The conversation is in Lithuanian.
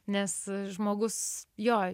nes žmogus jo